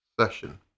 session